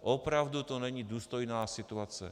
Opravdu to není důstojná situace.